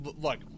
look